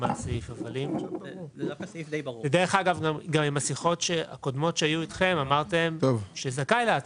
ודרך אגב גם עם השיחות הקודמות שהיו אתכם אמרתם שזכאי להטבה?